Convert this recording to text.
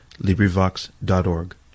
LibriVox.org